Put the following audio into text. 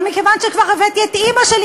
אבל מכיוון שכבר הבאתי את אימא שלי,